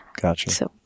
Gotcha